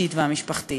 האישית והמשפחתית.